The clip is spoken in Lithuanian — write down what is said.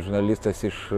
žurnalistas iš